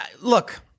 look